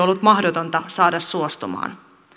ollut mahdotonta saada suostumaan